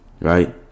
right